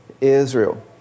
Israel